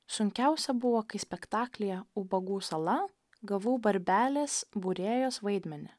sunkiausia buvo kai spektaklyje ubagų sala gavau barbelės būrėjos vaidmenį